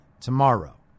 tomorrow